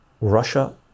Russia